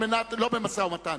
לא במשא-ומתן,